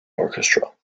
orchestra